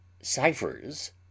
Ciphers